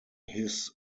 his